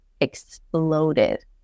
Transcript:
exploded